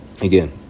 again